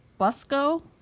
Busco